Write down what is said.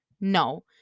No